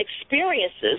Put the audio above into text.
experiences